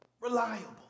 reliable